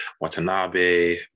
Watanabe